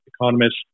economist